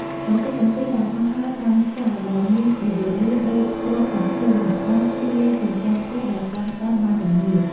កម្ទេចកំទីដែលហោះហើរតាមខ្យល់ដែលមានល្បឿនលឿនដូចគ្រាប់កាំភ្លើង និងអាចធ្លាយជញ្ជាំងផ្ទះដែលស្តើងៗបានយ៉ាងងាយ។